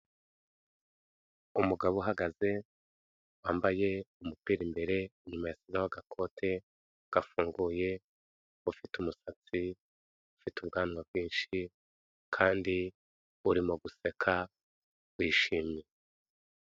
Umugabo uhagaze, wambaye umupira imbere, inyuma yashyizeho agakote gafunguye, ufite umusatsi, ufite ubwanwa bwinshi, kandi urimo guseka wishimye.